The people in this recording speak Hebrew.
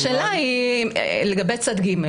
עכשיו השאלה היא לגבי צד ג'.